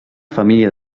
família